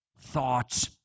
thoughts